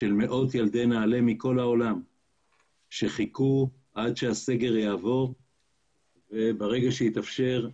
של מאות ילדי נעל"ה מכל העולם שחיכו עד שהסגר יעבור וברגע שהתאפשר,